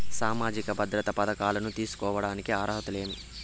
సామాజిక భద్రత పథకాలను తీసుకోడానికి అర్హతలు ఏమి?